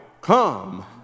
come